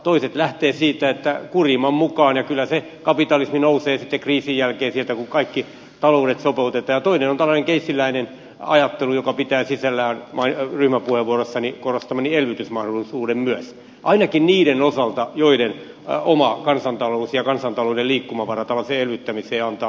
toiset lähtevät siitä että kurjimman mukaan ja kyllä se kapitalismi nousee sitten kriisin jälkeen sieltä kun kaikki taloudet sopeutetaan ja toinen on tällainen keynesiläinen ajattelu joka pitää sisällään ryhmäpuheenvuorossa korostamani elvytysmahdollisuuden myös ainakin niiden osalta joiden oma kansantalous ja kansantalouden liikkumavara tällaiseen elvyttämiseen antaa mahdollisuuden